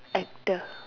actor